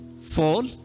fall